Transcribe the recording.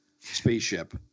spaceship